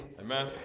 Amen